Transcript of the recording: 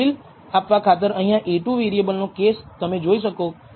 90 number આ confidence intervals β1 માટેના 95 ટકા કોન્ફિડન્સ ઈન્ટર્વલસને રજૂ કરે છે